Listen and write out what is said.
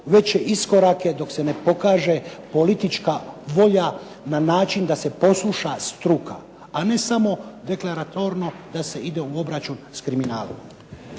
veće iskorake dok se ne pokaže politička volja na način da se posluša struka, a ne samo deklaratorno da se ide u obračun s kriminalom.